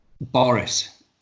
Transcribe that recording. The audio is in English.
Boris